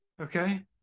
Okay